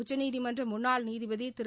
உச்சநீதிமன்ற முன்னாள் நீதிபதி திரு